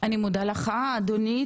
תודה רבה לך, אדוני.